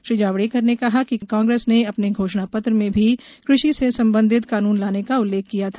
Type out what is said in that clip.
श्री जावड़ेकर ने कहा कि कांग्रेस ने अपने घोषणा पत्र में भी कृषि से संबंधित कानून लाने का उल्लेख किया था